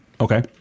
Okay